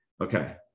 Okay